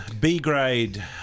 B-grade